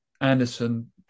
Anderson